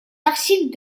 archives